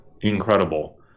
incredible